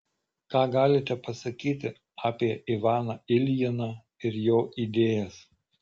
ką galite pasakyti apie ivaną iljiną ir jo idėjas